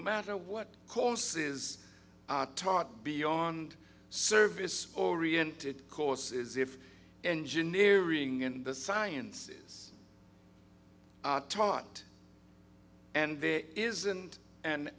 matter what courses are taught beyond service oriented courses if engineering in the sciences are taught and there isn't an